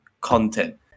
content